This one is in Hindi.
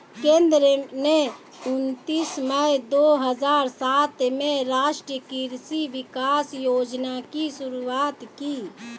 केंद्र ने उनतीस मई दो हजार सात में राष्ट्रीय कृषि विकास योजना की शुरूआत की